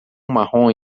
marrom